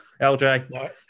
LJ